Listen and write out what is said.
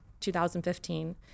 2015